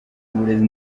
uburezi